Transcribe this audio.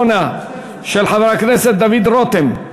של חברי הכנסת דוד רותם,